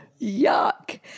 Yuck